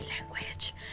language